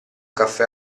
caffè